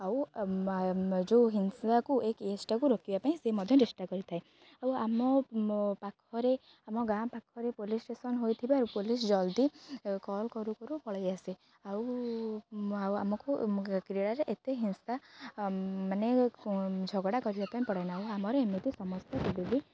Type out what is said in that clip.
ଆଉ ଯେଉଁ ହିଂସାକୁ ଏ କେସ୍ଟାକୁ ରୋକିବା ପାଇଁ ସେ ମଧ୍ୟ ଚେଷ୍ଟା କରିଥାଏ ଆଉ ଆମ ପାଖରେ ଆମ ଗାଁ ପାଖରେ ପୋଲିସ ଷ୍ଟେସନ ହୋଇଥିବାରୁ ପୋଲିସ ଜଲ୍ଦି କଲ୍ କରୁ କରୁ ପଳେଇ ଆସେ ଆଉ ଆଉ ଆମକୁ କ୍ରୀଡ଼ାରେ ଏତେ ହିଂସା ମାନେ ଝଗଡ଼ା କରିବା ପାଇଁ ପଡ଼େ ନାଇଁ ଆମର ଏମିତି ସମସ୍ତେ ବି